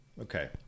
Okay